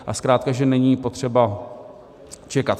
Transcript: A zkrátka že není potřeba čekat.